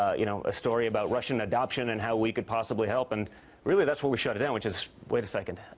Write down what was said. you know, a story about russian adoption and how we could possibly help. and really, that's where we shut it down, which is, wait a second.